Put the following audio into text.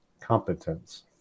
competence